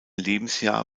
lebensjahr